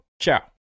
ciao